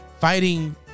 fighting